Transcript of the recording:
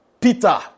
Peter